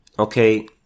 Okay